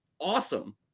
awesome